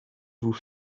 vous